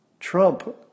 Trump